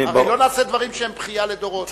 הרי לא נעשה דברים שהם בכייה לדורות.